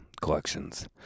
collections